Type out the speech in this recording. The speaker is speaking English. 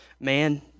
Man